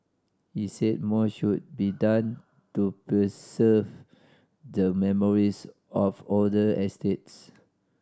he said more should be done to preserve the memories of older estates